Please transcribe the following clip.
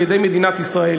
על-ידי מדינת ישראל.